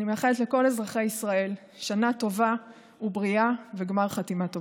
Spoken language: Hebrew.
אני מאחלת לכל אזרחי ישראל שנה טובה ובריאה וגמר חתימה טובה.